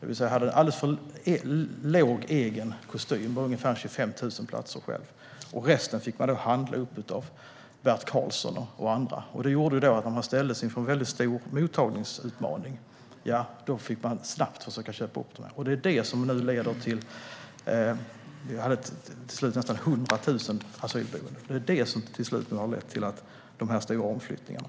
Man hade en alltför liten egen kostym med ungefär 25 000 platser. Resten fick man handla upp av Bert Karlsson och andra. När man ställdes inför en stor mottagningsutmaning fick man snabbt försöka köpa upp platser. Det ledde till att man till slut hade nästan 100 000 asylboenden. Det är detta som har lett till de stora omflyttningarna.